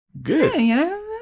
Good